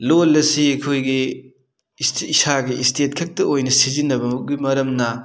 ꯂꯣꯜ ꯑꯁꯤ ꯑꯩꯈꯣꯏꯒꯤ ꯏꯁꯥꯒꯤ ꯏꯁꯇꯦꯠ ꯈꯛꯇ ꯑꯣꯏꯅ ꯁꯤꯖꯤꯟꯅꯕꯒꯤ ꯃꯔꯝꯅ